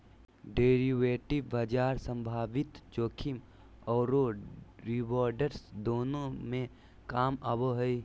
derivative बाजार संभावित जोखिम औरो रिवार्ड्स दोनों में काम आबो हइ